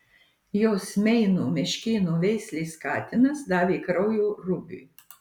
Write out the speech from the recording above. jos meino meškėno veislės katinas davė kraujo rubiui